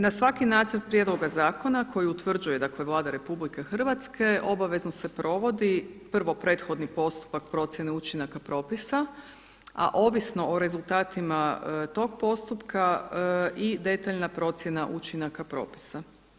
Na svaki nacrt prijedloga zakona koji utvrđuje Vlada RH obavezno provodi, prvo, prethodni postupak procjene učinaka propisa, a ovisno o rezultatima tog postupka i detaljna procjena učinaka propisa.